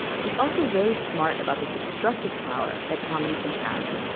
she's also very smart about the destructive power that comedy can have